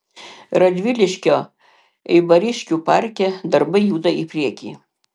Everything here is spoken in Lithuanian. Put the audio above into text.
radviliškio eibariškių parke darbai juda į priekį